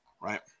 right